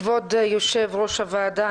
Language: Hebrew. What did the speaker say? כבוד יושב-ראש הוועדה,